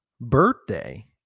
birthday